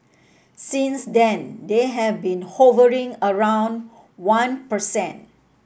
since then they have been hovering around one per cent